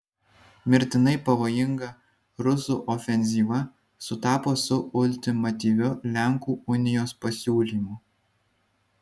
mirtinai pavojinga rusų ofenzyva sutapo su ultimatyviu lenkų unijos pasiūlymu